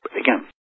again